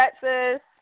Texas